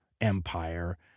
empire